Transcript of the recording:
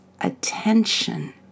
attention